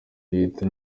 leta